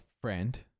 friend